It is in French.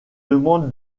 demande